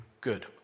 good